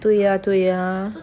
对啊对啊